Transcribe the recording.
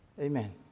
amen